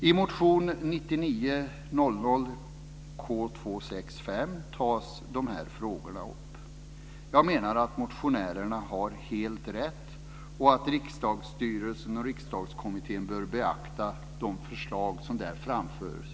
I motion 1999/2000K265 tas dessa frågor upp. Jag menar att motionärerna har helt rätt och att riksdagsstyrelsen och riksdagskommittén bör beakta de förslag som där framförs.